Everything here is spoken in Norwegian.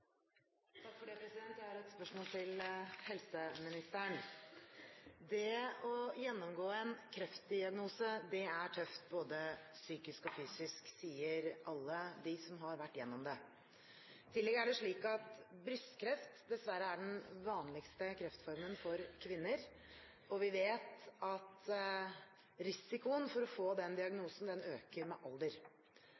Jeg har et spørsmål til helseministeren. Det å få en kreftdiagnose er tøft både psykisk og fysisk, sier alle de som har vært gjennom det. I tillegg er det slik at brystkreft dessverre er den vanligste kreftformen hos kvinner, og vi vet at risikoen for å få den